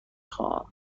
خواهم